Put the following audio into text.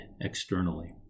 externally